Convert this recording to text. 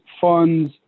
funds